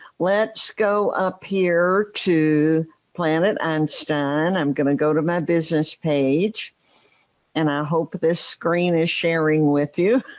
let's go up here to planet and einstein. i'm going to go to my business page and i hope this screen is sharing with you.